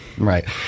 Right